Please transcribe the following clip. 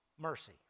mercy